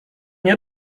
nie